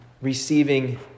receiving